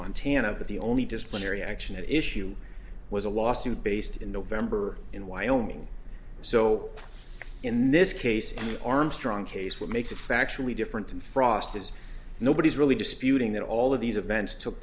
montana but the only disciplinary action at issue was a lawsuit based in november in wyoming so in this case armstrong case what makes it factually different to frost is nobody's really disputing that all of these events took